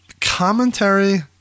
commentary